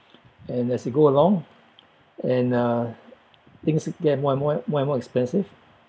and as you go along and uh things get more and more more and more expensive